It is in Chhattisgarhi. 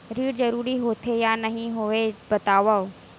ऋण जरूरी होथे या नहीं होवाए बतावव?